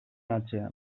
atzean